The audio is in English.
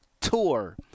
tour